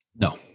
No